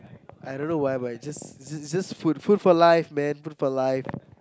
I don't know why but it's just it's just it's just food food for life man food for life